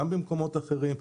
גם במקומות אחרים.